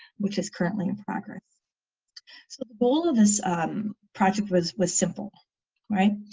which is currently in progress so the goal of this project was was simple right?